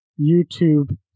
YouTube